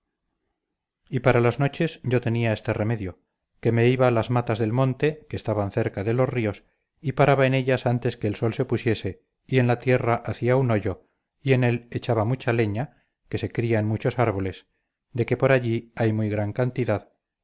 y para las noches yo tenía este remedio que me iba a las matas del monte que estaban cerca de los ríos y paraba en ellas antes que el sol se pusiese y en la tierra hacía un hoyo y en él echaba mucha leña que se cría en muchos árboles de que por allí hay muy gran cantidad